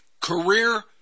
Career